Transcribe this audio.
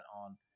on